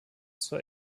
zur